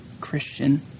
Christian